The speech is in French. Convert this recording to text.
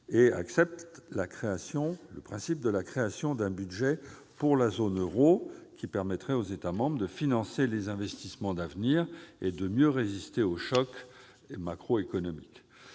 acceptant le principe de la création d'un budget pour la zone euro, qui permettrait aux États membres de financer les investissements d'avenir et de mieux résister aux chocs macroéconomiques.